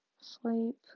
sleep